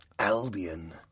Albion